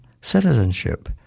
citizenship